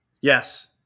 Yes